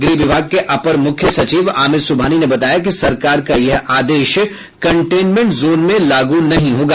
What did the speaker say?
गृह विभाग के अपर मुख्य सचिव आमीर सुबहानी ने बताया कि सरकार का यह आदेश कंटेनमेंट जोन में लागू नहीं होगा